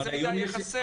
איזה מידע יהיה חסר?